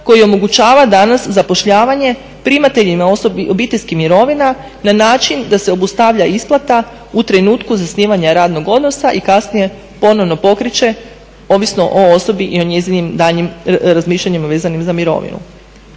koji omogućava danas zapošljavanje primateljima obiteljskih mirovina na način da se obustavlja isplata u trenutku zasnivanja radnog odnosa i kasnije ponovno pokreće ovisno o osobi i njezinim daljnjim razmišljanjima vezanim za mirovinu.